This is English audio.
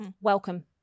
welcome